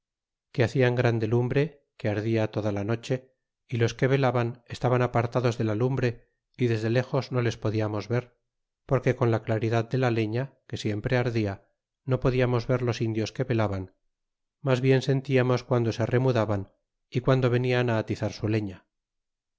que hacían grande lumbre que ardia toda la noche y los que velaban estaban apartados de la lumbre y desde lejos no les podiamos ver porque con la claridad de la lea que siempre ardia no podíamos ver los indios que velaban mas bien sentiamos guando se remudaban y quan por haber faltado á la